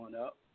up